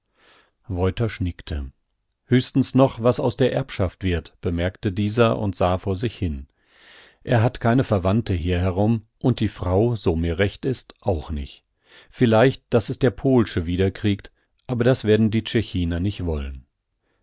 woytasch nickte höchstens noch was aus der erbschaft wird bemerkte dieser und sah vor sich hin er hat keine verwandte hier herum und die frau so mir recht is auch nich vielleicht daß es der pohlsche wiederkriegt aber das werden die tschechiner nich wollen